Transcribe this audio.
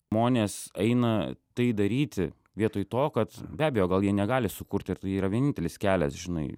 monės eina tai daryti vietoj to kad be abejo gal jie negali sukurti ir tai yra vienintelis kelias žinai